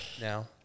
now